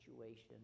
situation